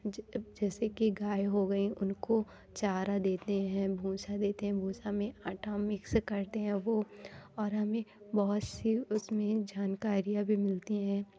जैसे की गाय हो गई उनको चारा देते हैं भूसा देते हैं भूसा में आटा मिक्स करते हैं वह और हमें बहुत सी उसमें जानकारियाँ भी मिलती है